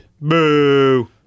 Boo